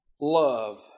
love